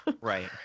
Right